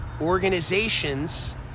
organizations